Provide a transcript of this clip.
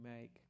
make